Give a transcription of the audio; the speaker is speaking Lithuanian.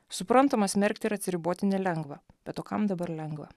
suprantama smerkti ir atsiriboti nelengva bet o kam dabar lengva